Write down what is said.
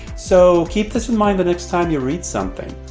so, keep this in mind the next time you read something.